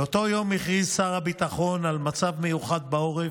באותו יום הכריז שר הביטחון על מצב מיוחד בעורף.